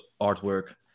artwork